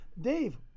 Dave